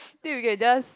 we can just